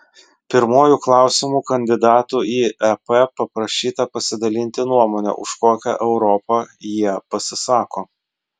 pirmuoju klausimu kandidatų į ep paprašyta pasidalinti nuomone už kokią europą jie pasisako